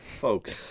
Folks